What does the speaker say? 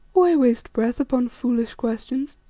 why waste breath upon foolish questions?